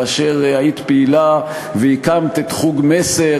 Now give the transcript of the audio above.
כאשר היית פעילה והקמת את חוג "מסר",